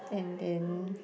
and then